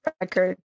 record